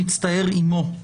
מצטער עימו,